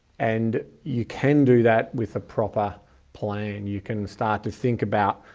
and you can do that with a proper plan. you can start to think about,